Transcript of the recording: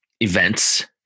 events